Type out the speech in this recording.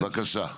בבקשה.